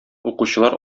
укучылар